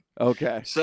Okay